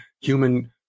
human